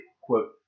quote